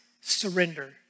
surrender